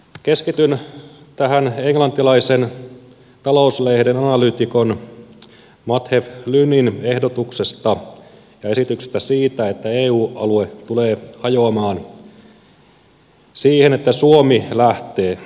keskityn tähän eng lantilaisen talouslehden analyytikon matthew lynnin esitykseen siitä että eu alue tulee hajoamaan siihen että suomi lähtee